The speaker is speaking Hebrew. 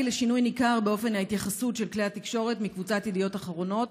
לשינוי ניכר באופן ההתייחסות של כלי התקשורת מקבוצת ידיעות אחרונות